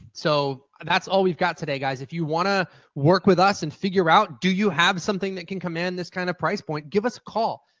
so that's all we got today, guys. if you want to work with us and figure out do you have something that can command this kind of price point, give us a call.